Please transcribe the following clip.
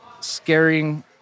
scaring